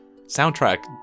soundtrack